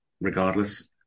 regardless